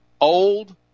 old